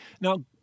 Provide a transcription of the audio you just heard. Now